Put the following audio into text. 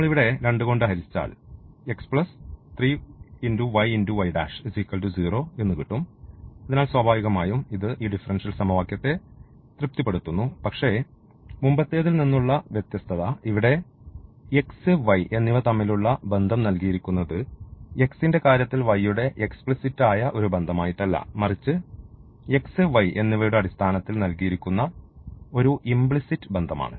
നമ്മൾ ഇവിടെ 2 കൊണ്ട് ഹരിച്ചാൽ x 3yy 0 എന്നുകിട്ടും അതിനാൽ സ്വാഭാവികമായും ഇത് ഈ ഡിഫറൻഷ്യൽ സമവാക്യത്തെ തൃപ്തിപ്പെടുത്തുന്നു പക്ഷേ മുമ്പത്തേതിൽ നിന്ന് ഉള്ള വ്യത്യസ്തത ഇവിടെ x y എന്നിവ തമ്മിലുള്ള ബന്ധം നൽകിയിരിക്കുന്നത് x ന്റെ കാര്യത്തിൽ y യുടെ എക്സ്പ്ലീസിറ്റ് ആയ ഒരു ബന്ധമായിട്ടല്ല മറിച്ച് x y എന്നിവയുടെ അടിസ്ഥാനത്തിൽ നൽകിയിരിക്കുന്ന ഒരു ഇംപ്ലീസിറ്റ് ബന്ധമാണ്